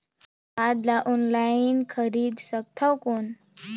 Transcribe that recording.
खाद ला ऑनलाइन खरीदे सकथव कौन?